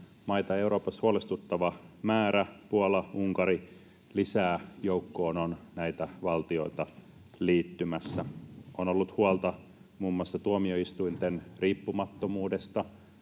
maita Euroopassa huolestuttava määrä: Puola, Unkari, lisää joukkoon on valtioita liittymässä. On ollut huolta muun muassa tuomioistuinten riippumattomuudesta,